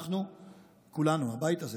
אנחנו כולנו, הבית הזה,